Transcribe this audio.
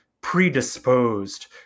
predisposed